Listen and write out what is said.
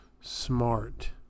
smart